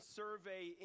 survey